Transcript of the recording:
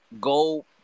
go